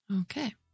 okay